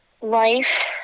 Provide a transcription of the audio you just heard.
life